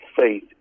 faith